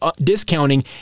discounting